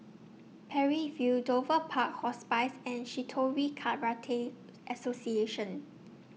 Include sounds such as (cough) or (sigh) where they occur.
Parry View Dover Park Hospice and Shitoryu Karate (noise) Association